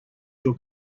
your